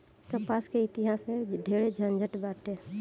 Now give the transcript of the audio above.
कपास के इतिहास में ढेरे झनझट बाटे